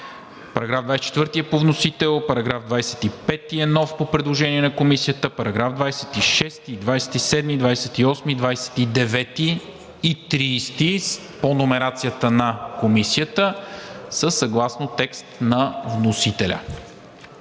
§ 24 е по вносител; § 25 е нов, по предложение на Комисията; параграфи 26, 27, 28, 29 и 30 по номерацията на Комисията са съгласно текст на вносителя.